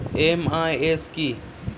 MIS কি?